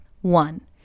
One